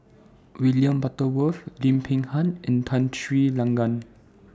William Butterworth Lim Peng Han and Tun Sri Lanang